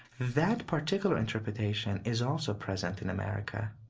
that particular interpretation is also present in america.